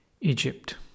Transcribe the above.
Egypt